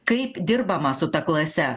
kaip dirbama su ta klase